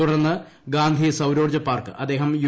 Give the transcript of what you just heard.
തുടർന്ന് ഗാന്ധി സൌരോർജ്ജ പാർക്ക് അദ്ദേഹം യു